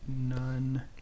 None